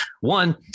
One